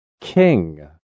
King